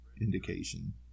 indication